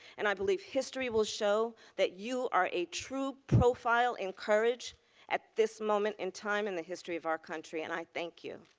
and i believe history will show that you are a true profile encourage at this moment in time in the history of our country. and i thank you.